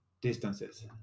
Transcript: distances